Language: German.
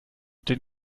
den